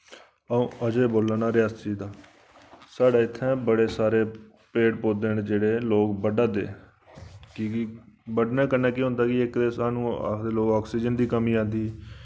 अ'ऊं अजय बोल्ला ना रियासी दा साढ़े इत्थै बड़े सारे पेड़ पौधे न जेह्ड़े लोक बड्ढा दे बड्ढने कन्नै केह् होंदा कि इक ते स्हानू आखदे लोक आक्सीजन दी कमी औंदी